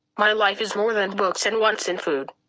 my life is more than books and wants and food.